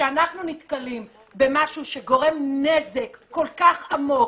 שכשאנחנו נתקלים במשהו שגורם נזק כל כך עמוק